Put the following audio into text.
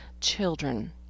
children